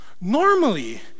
Normally